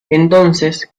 entonces